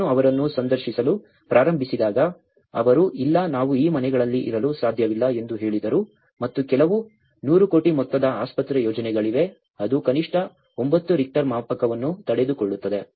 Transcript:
ನಾನು ಅವರನ್ನು ಸಂದರ್ಶಿಸಲು ಪ್ರಾರಂಭಿಸಿದಾಗ ಅವರು ಇಲ್ಲ ನಾವು ಈ ಮನೆಗಳಲ್ಲಿ ಇರಲು ಸಾಧ್ಯವಿಲ್ಲ ಎಂದು ಹೇಳಿದರು ಮತ್ತು ಕೆಲವು 100 ಕೋಟಿ ಮೊತ್ತದ ಆಸ್ಪತ್ರೆ ಯೋಜನೆಗಳಿವೆ ಅದು ಕನಿಷ್ಠ 9 ರಿಕ್ಟರ್ ಮಾಪಕವನ್ನು ತಡೆದುಕೊಳ್ಳುತ್ತದೆ